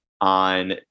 on